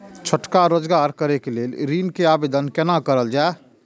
छोटका रोजगार करैक लेल ऋण के आवेदन केना करल जाय?